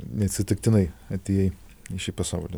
neatsitiktinai atėjai į šį pasaulį